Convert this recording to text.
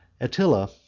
Attila